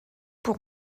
pour